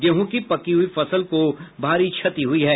गेहूं की पकी हुई फसल को भारी क्षति हुई है